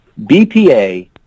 BPA